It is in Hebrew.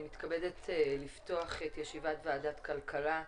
אני מתכבדת לפתוח את ישיבת ועדת הכלכלה,